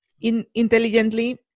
intelligently